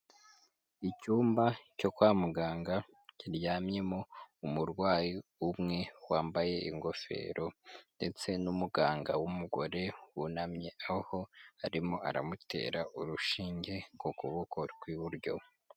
Icyumba cyo kwa muganga kiryamyemo umurwayi umwe wambaye ingofero ndetse n'umuganga w'umugore wunamye, aho arimo aramutera urushinge ku kuboko ku iburyo.